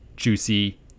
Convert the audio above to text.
juicy